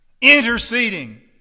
interceding